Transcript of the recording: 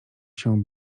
się